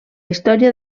història